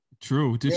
True